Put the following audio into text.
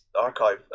archive